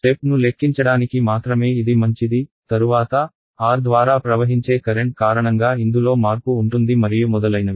ఇప్పుడు స్టెప్ ను లెక్కించడానికి మాత్రమే ఇది మంచిది తరువాత R ద్వారా ప్రవహించే కరెంట్ కారణంగా ఇందులో మార్పు ఉంటుంది మరియు మొదలైనవి